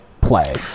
play